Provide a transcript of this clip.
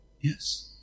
Yes